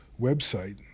website